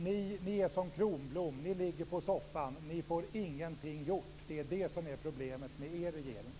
Ni är som Kronblom. Ni ligger på soffan. Ni får ingenting gjort. Det är det som är problemet med er regering.